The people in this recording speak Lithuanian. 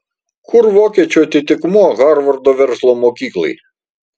kur vokiečių atitikmuo harvardo verslo mokyklai